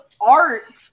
art